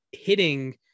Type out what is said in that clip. hitting